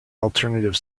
alternative